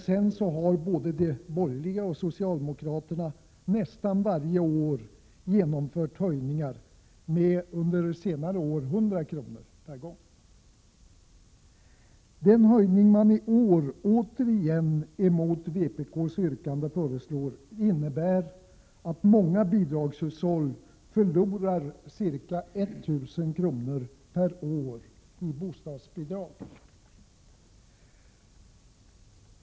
Sedan har både de borgerliga och socialdemokraterna nästan varje år genomfört höjningar, under senare år med 100 kr. per gång. Den höjning som i år återigen, mot vpk:s yrkande, föreslås innebär att många hushåll förlorar ca 1 000 kr. per år i bostadsbidrag.